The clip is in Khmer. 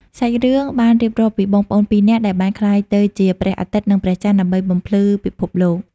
សាច់រឿងបានរៀបរាប់ពីបងប្អូនពីរនាក់ដែលបានក្លាយទៅជាព្រះអាទិត្យនិងព្រះចន្ទ ដើម្បីបំភ្លឺពិភពលោក។